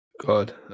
god